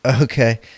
Okay